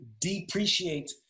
depreciate